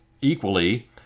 equally